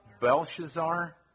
Belshazzar